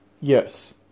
yes